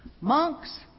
monks